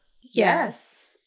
Yes